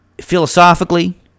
Philosophically